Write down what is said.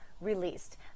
released